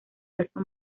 falso